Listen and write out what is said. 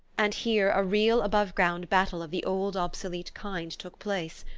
and here a real above-ground battle of the old obsolete kind took place,